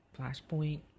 Flashpoint